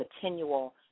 continual